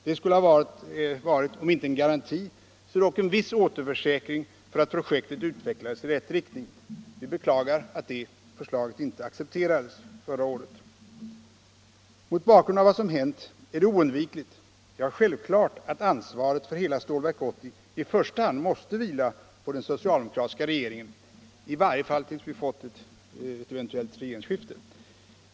Det skulle ha varit om inte en garanti så dock en viss återförsäkring för att projektet utvecklades i rätt riktning. Vi beklagar att det förslaget inte accepterades förra året. Mot bakgrund av vad som hänt är det oundvikligt — ja, självklart — att ansvaret för hela Stålverk 80 i första hand måste vila på den socialdemokratiska regeringen, i varje fall tills vi fått ett eventuellt regeringsskifte.